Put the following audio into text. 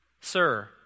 Sir